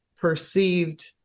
perceived